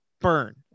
burn